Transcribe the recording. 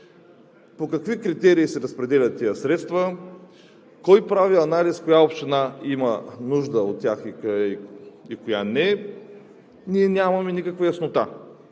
По какви критерии се разпределят тези средства, кой прави анализ коя община има нужда от тях и коя не – ние нямаме никаква яснота.